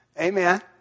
Amen